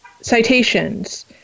citations